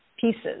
pieces